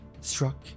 struck